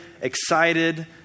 excited